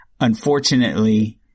unfortunately